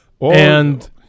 And-